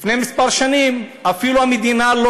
לפני כמה שנים המדינה אפילו